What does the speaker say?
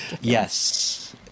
Yes